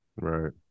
right